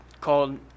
called